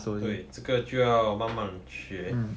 对这个就要慢慢学